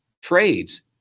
trades